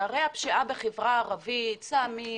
הרי הפשיעה בחברה הערבית סמים,